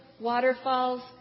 waterfalls